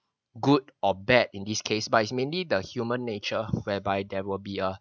good or bad in this case but it's mainly the human nature whereby there will be a